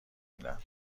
میدن